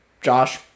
Josh